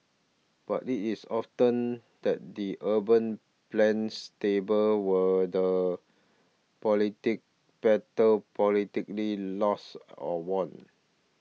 but it is often at the urban planner's table where the politic battle politically lost or won